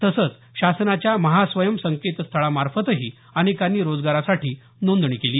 तसंच शासनाच्या महास्वयम संकेतस्थळामार्फतही अनेकांनी रोजगारासाठी नोंदणी केली